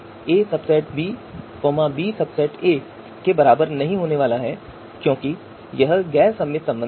aSb bSa के बराबर नहीं होने वाला है क्योंकि यह गैर सममित संबंध है